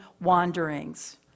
wanderings